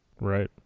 Right